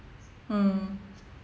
mm